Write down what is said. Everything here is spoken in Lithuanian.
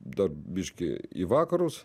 dar biškį į vakarus